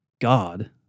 God